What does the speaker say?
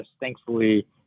thankfully